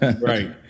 right